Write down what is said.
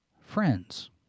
friends